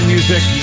Music